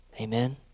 Amen